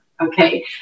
okay